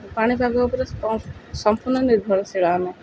ପାଣି କାଦୁଅ ଉପରେ ସମ୍ପୂର୍ଣ ନିର୍ଭରଶୀଳ ଆମେ